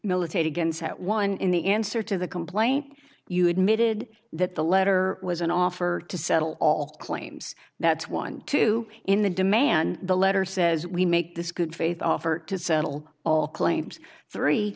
militate against that one in the answer to the complaint you admitted that the letter was an offer to settle all claims that's one two in the demand the letter says we make this good faith offer to settle all claims three